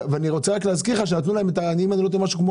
ואני רוצה להזכיר לך שנתנו להם משהו כמו